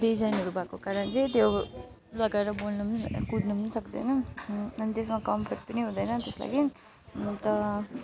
डिजाइनहरू भएको कारण चाहिँ त्यो लगाएर बोल्नु पनि कुद्नु पनि सक्दैन अनि अनि त्यसमा कम्फोर्ट पनि हुँदैन त्यस लागि अन्त